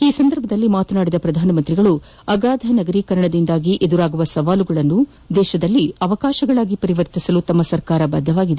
ಈ ಸಂದರ್ಭದಲ್ಲಿ ಮಾತನಾಡಿದ ಪ್ರಧಾನಮಂತ್ರಿ ಅಗಾಧ ನಗರೀಕರಣದಿಂದ ಎದುರಾಗುವ ಸವಾಲುಗಳನ್ನು ಅವಕಾಶಗಳಾಗಿ ಪರಿವರ್ತಿಸಲು ಸರ್ಕಾರ ಬದ್ದವಾಗಿದೆ